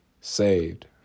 saved